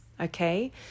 okay